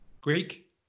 Greek